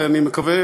ואני מקווה,